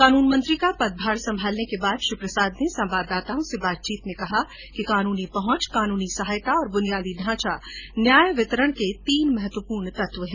कानून मंत्री का पदभार संभालने के बाद श्री प्रसाद ने संवाददाताओं से बातचीत में कहा कि कानुनी पहुंच कानुनी सहायता और बुनियादी ढांचा न्याय वितरण के तीन महत्वपूर्ण तत्व हैं